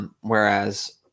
whereas